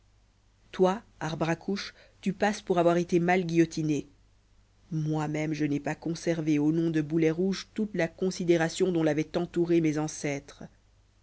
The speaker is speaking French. toi arbre à couche tu passes pour avoir été mal guillotiné moimême je n'ai pas conservé au nom de boulet rouge toute la considération dont l'avaient entouré mes ancêtres